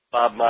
Bob